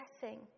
blessing